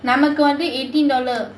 நமக்கு வந்து:namakku vanthu eighteen dollar